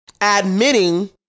admitting